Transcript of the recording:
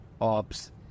ops